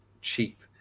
cheap